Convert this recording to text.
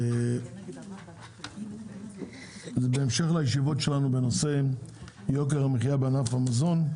ישיבה זו היא בהמשך לישיבות שלנו בנושא יוקר המחיה בענף המזון.